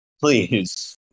please